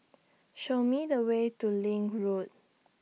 Show Me The Way to LINK Road